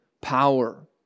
power